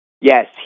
Yes